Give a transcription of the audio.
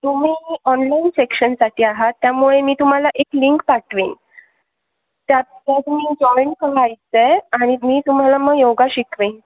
तुम्ही ऑनलाईन सेक्शनसाठी आहात त्यामुळे मी तुम्हाला एक लिंक पाठवेन त्यात त्या तुम्ही जॉइंट करायचं आहे आणि मी तुम्हाला मग योगा शिकवेन